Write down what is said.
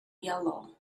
yellow